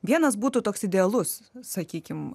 vienas būtų toks idealus sakykim